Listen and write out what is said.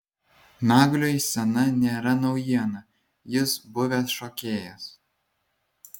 nagliui scena nėra naujiena jis buvęs šokėjas